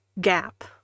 gap